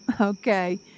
Okay